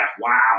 wow